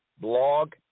blog